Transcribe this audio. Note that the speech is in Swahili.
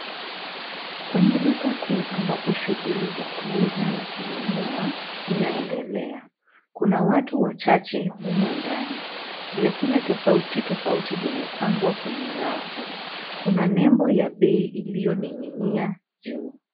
Kwenye duka kuu ambapo shughuli za kuuza na kununua inaendelea. Kuna watu wachache humo ndani. Vyakula tofauti tofauti vimepangwa kwenye rafu. Kuna nembo ya bei iliyoning'inia juu.